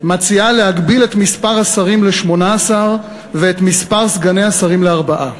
מציעה להגביל את מספר השרים ל-18 ואת מספר סגני השרים לארבעה.